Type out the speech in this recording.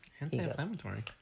anti-inflammatory